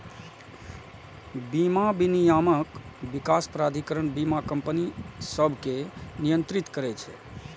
बीमा विनियामक विकास प्राधिकरण बीमा कंपनी सभकें नियंत्रित करै छै